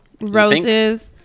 roses